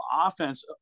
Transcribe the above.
offense